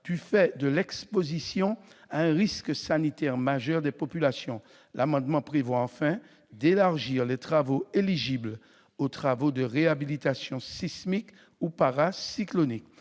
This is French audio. du fait de l'exposition à un risque sanitaire majeur des populations. L'amendement tend, enfin, à élargir les travaux éligibles aux travaux de réhabilitation sismique ou paracyclonique.